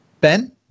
Ben